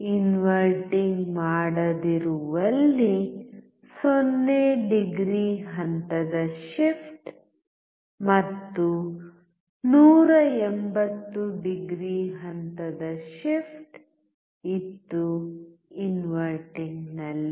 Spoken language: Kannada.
ಇನ್ವರ್ಟಿಂಗ್ ಮಾಡದಿರುವಲ್ಲಿ 0 ಡಿಗ್ರಿ ಹಂತದ ಶಿಫ್ಟ್ ಮತ್ತು 180 ಡಿಗ್ರಿ ಹಂತದ ಶಿಫ್ಟ್ ಇತ್ತು ಇನ್ವರ್ಟಿಂಗ್ನಲ್ಲಿ